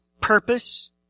purpose